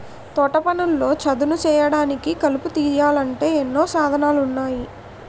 తోటపనుల్లో చదును సేయడానికి, కలుపు తీయాలంటే ఎన్నో సాధనాలున్నాయి